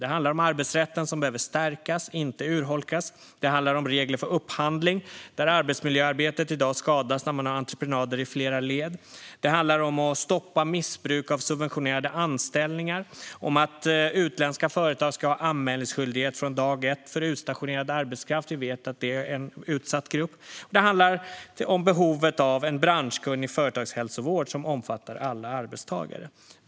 Det handlar om arbetsrätten som behöver stärkas och inte urholkas. Det handlar om regler för upphandling, där arbetsmiljöarbetet i dag skadas när man har entreprenader i flera led. Det handlar om att stoppa missbruk av subventionerade anställningar. Det handlar om att utländska företag ska ha anmälningsskyldighet från dag ett för utstationerad arbetskraft. Vi vet att det är en utsatt grupp. Det handlar om behovet av en branschkunnig företagshälsovård som omfattar alla arbetstagare.